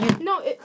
No